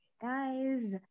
guys